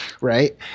right